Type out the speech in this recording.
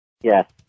Yes